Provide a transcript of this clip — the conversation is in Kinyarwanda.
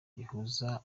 rihuza